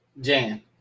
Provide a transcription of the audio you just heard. jan